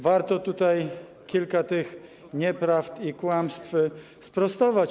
Warto tutaj kilka tych nieprawd i kłamstw sprostować.